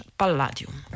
palladium